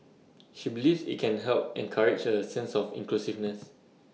she believes IT can help encourage A sense of inclusiveness